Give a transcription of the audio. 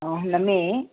हुन में